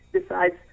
decides